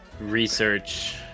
research